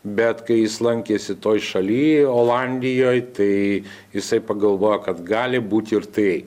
bet kai jis lankėsi toj šalyj olandijoj tai jisai pagalvojo kad gali būt ir tai